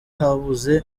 habuze